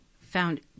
found